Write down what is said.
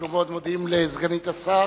אנחנו מאוד מודים לסגנית השר.